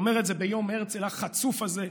הוא אומר את זה ביום הרצל, החצוף הזה,